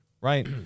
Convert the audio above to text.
right